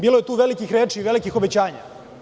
Bilo je tu velikih reči i velikih obećanja.